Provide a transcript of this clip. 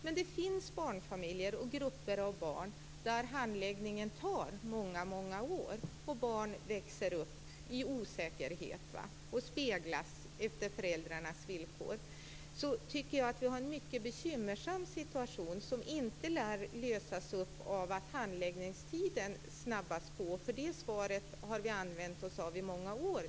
Men det finns barnfamiljer och grupper av barn för vilka handläggningen tar många år, och barnen växer där upp i en osäkerhet som speglar föräldrarnas villkor. Jag tycker att vi har en mycket bekymmersam situation. Den lär inte lösas av att handläggningstiderna snabbas upp. Vi har nu i många år hänvisat till att så skall ske.